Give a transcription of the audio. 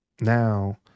Now